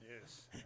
Yes